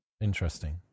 Interesting